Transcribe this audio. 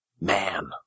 man